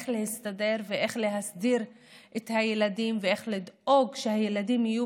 להסתדר ולהסדיר את הילדים ולדאוג שהילדים יהיו